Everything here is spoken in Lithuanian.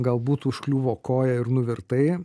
galbūt užkliuvo koja ir nuvirtai